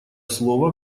слово